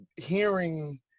hearing